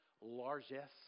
largesse